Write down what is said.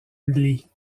lee